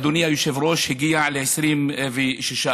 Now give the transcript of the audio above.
אדוני היושב-ראש, הגיע ל-26%.